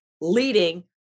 leading